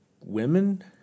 women